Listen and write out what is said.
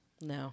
No